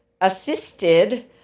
assisted